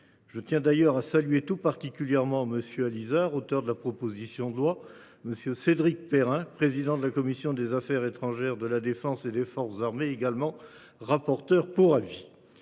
Je tiens d’ailleurs à saluer tout particulièrement Pascal Allizard, auteur de la proposition de loi, et Cédric Perrin, président de la commission des affaires étrangères, de la défense et des forces armées, qui est également rapporteur pour avis.